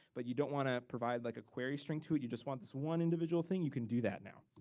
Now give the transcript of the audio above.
but you don't wanna provide, like, a query stream to it, you just want this one individual thing, you can do that now.